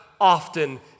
often